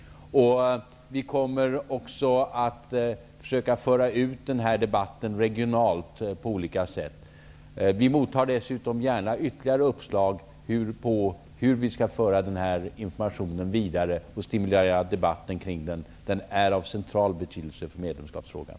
Vi kommer också att försöka föra ut debatten regionalt på olika sätt. Dessutom mottar vi gärna ytterligare uppslag till hur vi skall föra informationen vidare och stimulera debatten. Den är av central betydelse för medlemskapsfrågan.